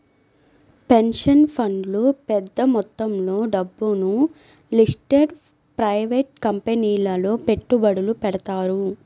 pension ఫండ్లు పెద్ద మొత్తంలో డబ్బును లిస్టెడ్ ప్రైవేట్ కంపెనీలలో పెట్టుబడులు పెడతారు